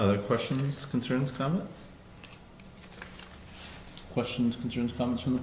other questions concerns cummings questions concerns comes from